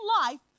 life